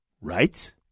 right